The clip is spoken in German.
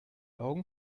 augen